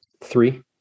Three